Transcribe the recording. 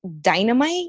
dynamite